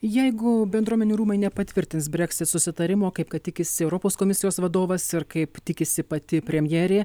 jeigu bendruomenių rūmai nepatvirtins brexit susitarimo kaip kad tikisi europos komisijos vadovas ir kaip tikisi pati premjerė